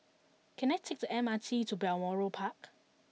can I take the M R T to Balmoral Park